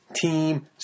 team